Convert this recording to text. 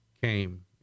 came